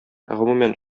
гомумән